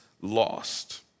lost